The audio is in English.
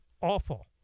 awful